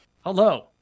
Hello